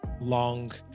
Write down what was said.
long